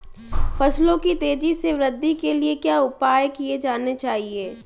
फसलों की तेज़ी से वृद्धि के लिए क्या उपाय किए जाने चाहिए?